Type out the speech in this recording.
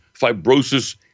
fibrosis